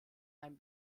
einem